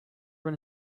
run